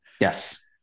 Yes